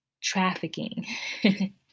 trafficking